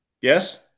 yes